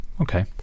Okay